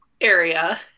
area